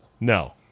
No